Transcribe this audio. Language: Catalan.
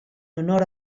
honor